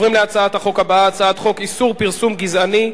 אנחנו עוברים להצעת החוק הבאה: הצעת חוק איסור פרסום גזעני,